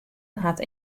hat